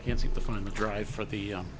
i can't seem to find the drive for the